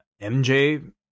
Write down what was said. MJ